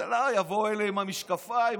יבוא אליהם זה עם המשקפיים.